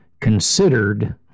considered